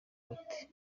bati